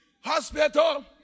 hospital